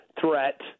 threat